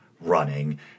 running